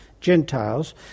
gentiles